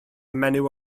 menyw